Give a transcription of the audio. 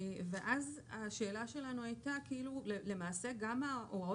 היתה לנו שאלה.